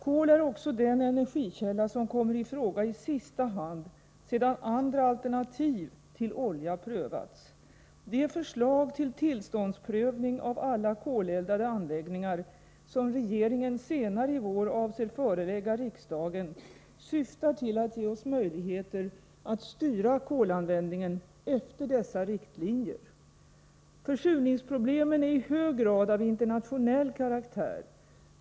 Kol är också den energikälla som kommer i fråga i sista hand, sedan andra alternativ till olja prövats. Det förslag till tillståndsprövning av alla koleldade anläggningar, som regeringen senare i vår avser förelägga riksdagen, syftar till att ge oss möjligheter att styra kolanvändningen efter dessa riktlinjer. Försurningsproblemen är i hög grad av internationell karaktär.